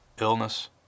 illness